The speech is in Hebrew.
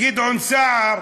גדעון סער